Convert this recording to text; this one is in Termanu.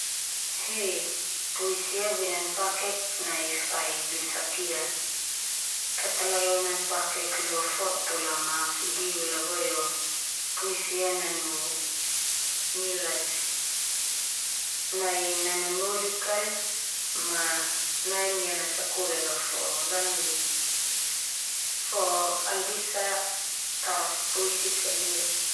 He, puisi ia be nan pakek nai fai besakia. Ta talalu nan pakek lo foto la ma video la boe o, puisi ia nanu nilai. Nai nanonolik al, ma nai niana sakolah la fo lanoli. Fo, al bisa tao puisi sendiri.